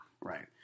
Right